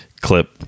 clip